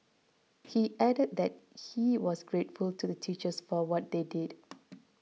he added that he was grateful to the teachers for what they did